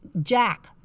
Jack